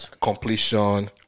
completion